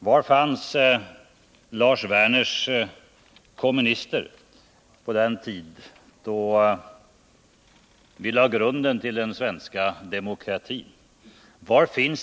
Var fanns Lars Werners kommunister på den tid då vi lade grunden till den svenska demokratin?